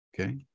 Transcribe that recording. Okay